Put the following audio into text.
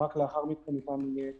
רק לאחר מכן ניתן יהיה